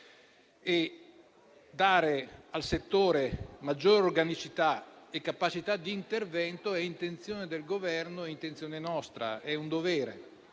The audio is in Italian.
Dare al settore maggior organicità e capacità di intervento è intenzione del Governo, è intenzione nostra, è un dovere.